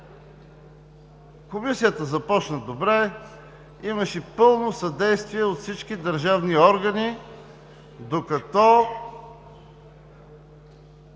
Комисията започна добре. Имаше пълно съдействие от всички държавни органи, докато